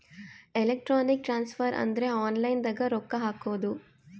electronic transfer ಅಂದ್ರ online ದಾಗ ರೊಕ್ಕ ಹಾಕೋದು